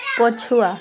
ପଛୁଆ